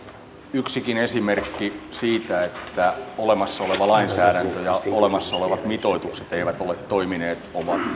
yksikin esimerkki siitä että olemassa oleva lainsäädäntö ja olemassa olevat mitoitukset eivät ole toimineet on liikaa